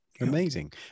amazing